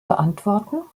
beantworten